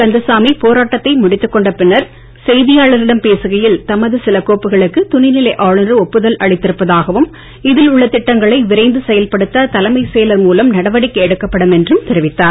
கந்தசாமி போராட்டத்தை முடித்துக் கொண்ட பின்னர் செய்தியாளர்களிடம் பேசுகையில் தமது சில கோப்புகளுக்கு துணைநிலை ஆளுநர் ஒப்புதல் அளித்திருப்பதாகவும் இதில் உள்ள திட்டங்களை விரைந்து செயல்படுத்த தலைமைச் செயலர் மூலம் நடவடிக்கை எடுக்கப்படும் என்றும் தெரிவித்தார்